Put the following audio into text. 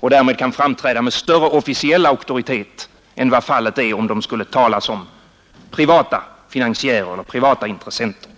och därmed kan framträda med större officiell auktoritet än vad fallet är om de skulle tala genom privata finansiärer eller intressenter.